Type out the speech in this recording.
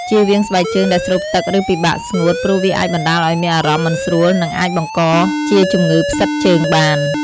ជៀសវាងស្បែកជើងដែលស្រូបទឹក ឬពិបាកស្ងួត ព្រោះវាអាចបណ្ដាលឲ្យមានអារម្មណ៍មិនស្រួល និងអាចបង្កជាជំងឺផ្សិតជើងបាន។